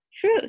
True